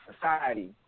society